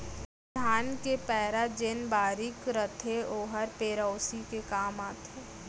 धान के पैरा जेन बारीक रथे ओहर पेरौसी के काम आथे